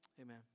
Amen